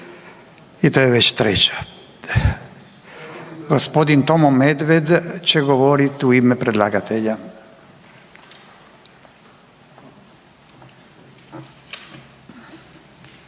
I to je već treća. Gospodin Tomo Medved će govoriti u ime predlagatelja.